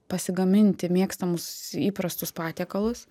pasigaminti mėgstamus įprastus patiekalus